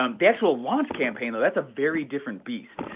um the actual launch campaign, though, that's a very different beast.